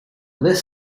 list